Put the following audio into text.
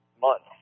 Months